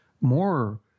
more